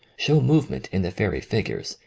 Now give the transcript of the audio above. show movement in the fairy figures,